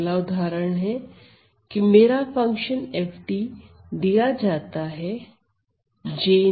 उदाहरण तो मेरा फंक्शन f दिया जाता हैJ0 से